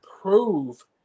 prove